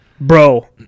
Bro